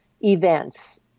events